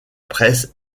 presse